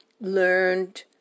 learned